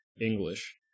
english